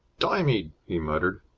stymied! he muttered.